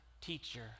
teacher